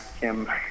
Kim